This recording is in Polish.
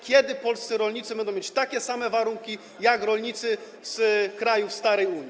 Kiedy polscy rolnicy będą mieć takie same warunki jak rolnicy z krajów starej Unii?